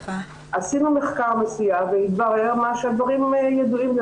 עשינו מחקר מסוים, והתברר שהדברים ידועים.